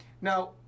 now